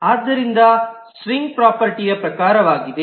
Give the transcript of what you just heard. ಆದ್ದರಿಂದ ಸ್ಟ್ರಿಂಗ್ ಪ್ರಾಪರ್ಟೀಯ ಪ್ರಕಾರವಾಗಿದೆ